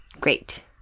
Great